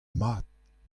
mat